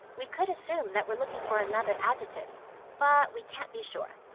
we could assume that we're looking for another adjective but we can't be sure.